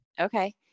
Okay